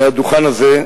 מהדוכן הזה,